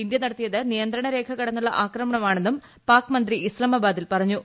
ഇിന്റ്യ് നടത്തിയത് നിയന്ത്രണ രേഖ കടന്നുള്ള ആക്രമണമാണെന്നു് പ്പാ്ക് മന്ത്രി ഇസ്സാമാബാദിൽ പറഞ്ഞു